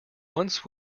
once